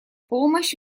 помощь